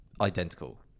identical